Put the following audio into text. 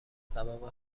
سبب